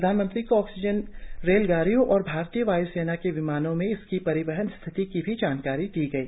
प्रधानमंत्री को oxygen rail गाड़ियों और भारतीय वाय्सेना के विमानों से इसकी परिवहन स्थिति की भी जानकारी दी गई